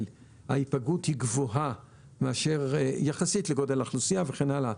היא גבוהה מאשר יחסית לגודל האוכלוסייה וכן הלאה,